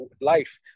life